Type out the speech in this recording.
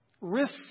Risks